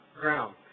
ground